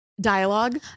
dialogue